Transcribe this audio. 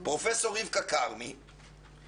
פרופ' רבקה כרמי,